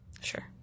Sure